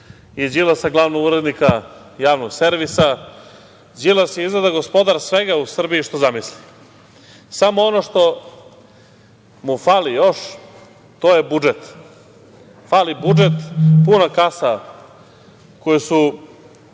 i Đilasa glavnog urednika javnog servisa. Đilas je izgleda gospodar svega u Srbiji što zamisli, samo ono što mu fali još to je budžet. Fali budžet, puna kasa koju su